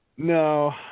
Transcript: No